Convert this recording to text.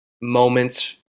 moments